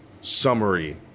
summary